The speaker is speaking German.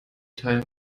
teil